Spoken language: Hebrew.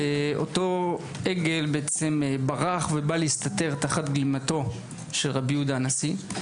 ואותו עגל בעצם ברח ובא להסתתר תחת גלימתו של רבי יהודה הנשיא,